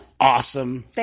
Awesome